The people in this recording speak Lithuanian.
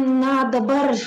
na dabar